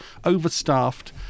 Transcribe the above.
overstaffed